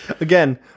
Again